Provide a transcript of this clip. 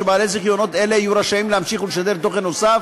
שבעלי זיכיונות אלה יהיו רשאים להמשיך ולשדר תוכן נוסף